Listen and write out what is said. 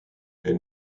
elle